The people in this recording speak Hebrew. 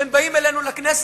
והם באים אלינו לכנסת,